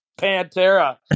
Pantera